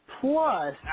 Plus